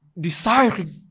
desiring